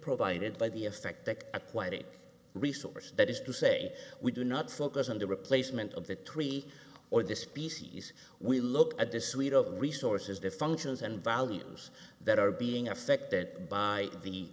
provided by the effect that at quite a resource that is to say we do not focus on the replacement of the tree or the species we look at this suite of resources the functions and values that are being affected by the